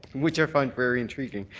which i find very intriguing.